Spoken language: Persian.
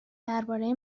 درباره